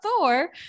Thor